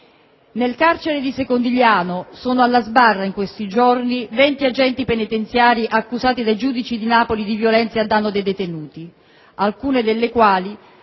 Nel carcere di Secondigliano sono alla sbarra in questi giorni venti agenti penitenziari accusati dai giudici di Napoli di violenze a danno dei detenuti, alcuni dei quali